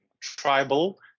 tribal